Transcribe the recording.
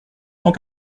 cent